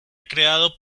creado